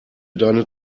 deine